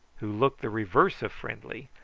who looked the reverse of friendly,